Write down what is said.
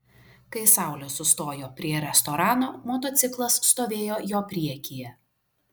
kai saulė sustojo prie restorano motociklas stovėjo jo priekyje